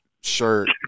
shirt